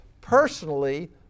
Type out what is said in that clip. personally